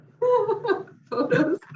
photos